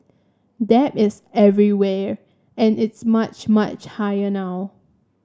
debt is everywhere and it's much much higher now